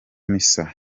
misa